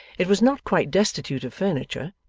it was not quite destitute of furniture.